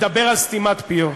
מדבר על סתימת פיות.